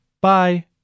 Bye